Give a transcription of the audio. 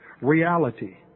reality